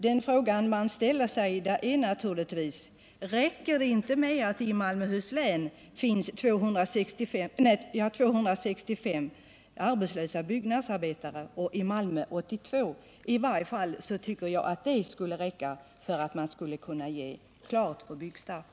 Jag skulle då vilja ställa frågan direkt till justitieministern: Räcker det inte med att det i Malmöhus län finns 265 arbetslösa byggnadsarbetare och i Malmö 82? I varje fall tycker jag att det skulle räcka för att man skulle ge klartecken för byggstart.